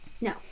no